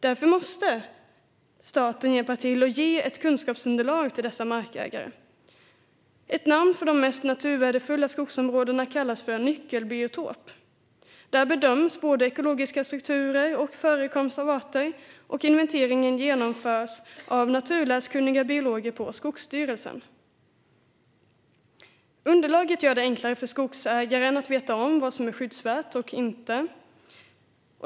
Därför måste staten hjälpa till att ge ett kunskapsunderlag till dessa markägare. Ett namn för de mest naturvärdefulla skogsområdena är nyckelbiotop. Där bedöms både ekologiska strukturer och förekomst av arter, och inventeringen genomförs av naturläskunniga biologer på Skogsstyrelsen. Underlaget gör det enklare för skogsägaren att veta vad som är skyddsvärt och inte.